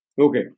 Okay